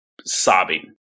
sobbing